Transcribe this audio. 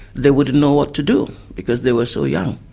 they wouldn't know what to do, because they were so young.